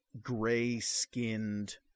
gray-skinned